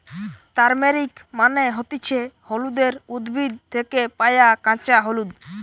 turmeric মানে হতিছে হলুদের উদ্ভিদ থেকে পায়া কাঁচা হলুদ